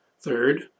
Third